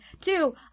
Two